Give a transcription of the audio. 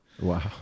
Wow